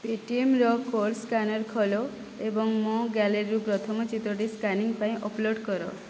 ପେଟିଏମ୍ର code scanner ଖୋଲ ଏବଂ ମୋ ଗ୍ୟାଲେରୀରୁ ପ୍ରଥମ ଚିତ୍ରଟି ସ୍କାନିଂ ପାଇଁ ଅପଲୋଡ଼୍ କର